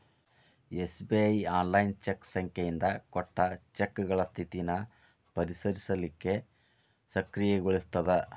SBI online cheque ಸಂಖ್ಯೆಯಿಂದ ಕೊಟ್ಟ ಚೆಕ್ಗಳ ಸ್ಥಿತಿನ ಪರಿಶೇಲಿಸಲಿಕ್ಕೆ ಸಕ್ರಿಯಗೊಳಿಸ್ತದ